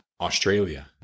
Australia